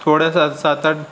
थोडासा सात आठ